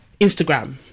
instagram